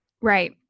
Right